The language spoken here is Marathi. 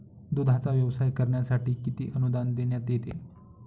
दूधाचा व्यवसाय करण्यासाठी किती अनुदान देण्यात येते?